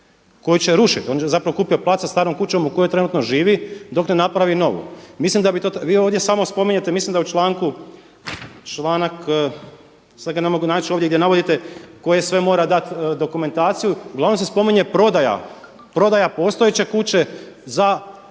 koju će rušiti. On je zapravo kupio plac sa starom kućom u kojoj trenutno živi dok ne napravi novu. Mislim da bi to, vi ovdje samo spominjete, mislim da u članku, članak sad ga ne mogu naći ovdje gdje navodite koje sve mora dati dokumentaciju. Uglavnom se spominje prodaja postojeće kuće kao